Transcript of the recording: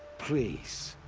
please!